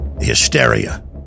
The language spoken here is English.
hysteria